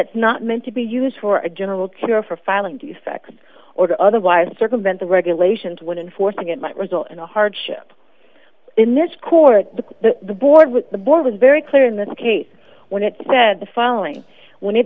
it's not meant to be used for a general cure for filing defects or otherwise circumvent the regulations when enforcing it might result in a hardship in this court the board with the board is very clear in this case when it said the following when it